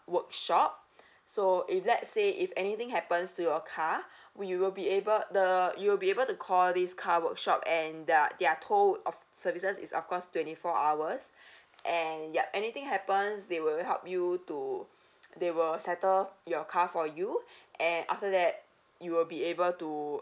workshop so if let's say if anything happens to your car we will be able the you will be able to call this car workshop and their their tow of services is of course twenty four hours and yup anything happens they will help you to they will settle your car for you and after that you will be able to